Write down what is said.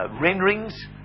renderings